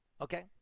Okay